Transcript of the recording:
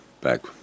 back